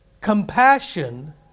compassion